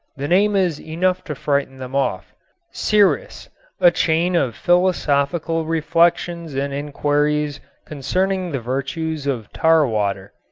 the name is enough to frighten them off siris a chain of philosophical reflections and inquiries concerning the virtues of tar water.